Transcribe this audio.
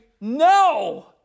No